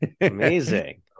Amazing